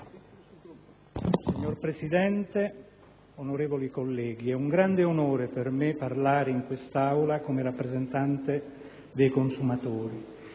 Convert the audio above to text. del Consiglio, onorevoli colleghi, è un grande onore per me parlare in quest'Aula come rappresentante dei consumatori.